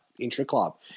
intra-club